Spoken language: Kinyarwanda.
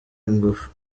ingufu